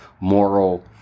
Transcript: moral